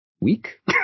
week